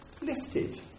lifted